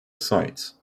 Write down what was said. sites